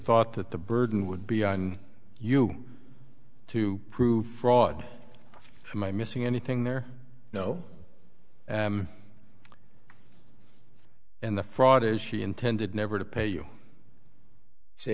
thought that the burden would be on you to prove fraud my missing anything there you know and the fraud is she intended never to pay you say